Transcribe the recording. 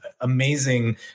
amazing